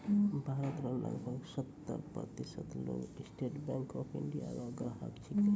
भारत रो लगभग सत्तर प्रतिशत लोग स्टेट बैंक ऑफ इंडिया रो ग्राहक छिकै